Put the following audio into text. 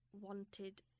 wanted